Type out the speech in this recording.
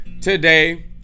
today